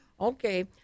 okay